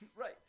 Right